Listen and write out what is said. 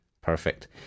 Perfect